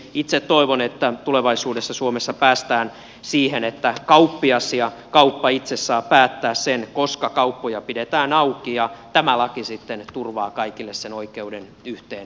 itse toivon että tulevaisuudessa suomessa päästään siihen että kauppias ja kauppa itse saa päättää sen koska kauppoja pidetään auki ja tämä laki sitten turvaa kaikille sen oikeuden yhteen vapaapäivään